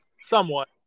somewhat